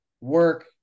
work